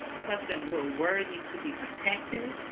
trust that we're worthy to be protected.